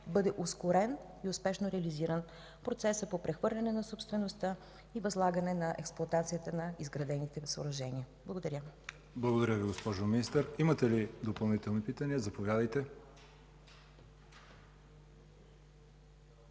бъде ускорен и успешно реализиран процеса по прехвърляне на собствеността и възлагане на експлоатацията на изградените съоръжения. Благодаря. ПРЕДСЕДАТЕЛ ЯВОР ХАЙТОВ: Благодаря Ви, госпожо Министър. Имате ли допълнителни питания? Заповядайте.